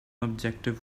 objective